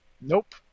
Nope